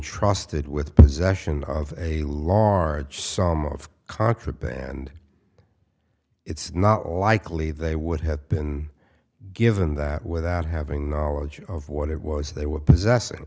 intrusted with possession of a long arduous some of contraband it's not likely they would have been given that without having knowledge of what it was they were possessing